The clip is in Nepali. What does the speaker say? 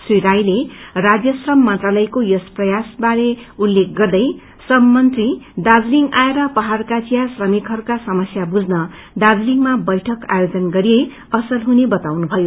श्री राईले राज्य श्रम मंत्रानलयको यस प्रयास बारे उल्लेख गर्दै श्रमि मंत्री दार्जीलिङ आएर पहाड़का चिया श्रमिकहरूका समस्या बुझ्न दार्जलिङमा बैठक आयोजन गरिए असल हुने बताउनुभयो